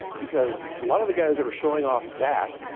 because a lot of the guys that we're showing off that,